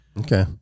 Okay